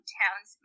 towns